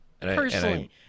Personally